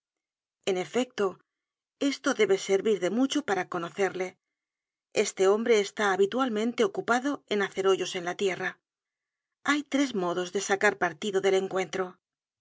en efecto esto debe servir de mucho para conocerle este hombre está habitualmente ocupado en hacer hoyos en la tierra hay tres modos de sacar partido del encuentro